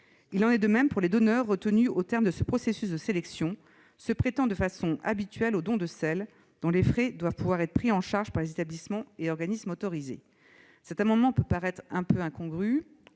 Il en est de même pour les donneurs retenus au terme de ce processus de sélection, qui se prêtent de façon habituelle au don de selles et dont les frais doivent pouvoir être pris en charge par les établissements et organismes autorisés. Cet amendement peut paraître incongru-